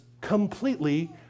completely